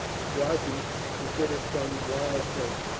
strozzi considered some while first.